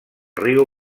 riu